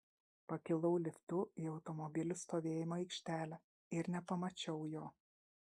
pakilau liftu į automobilių stovėjimo aikštelę ir nepamačiau jo